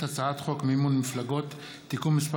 הצעת חוק מימון מפלגות (תיקון מס'